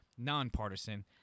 Nonpartisan